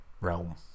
realm